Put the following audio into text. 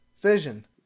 Vision